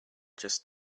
just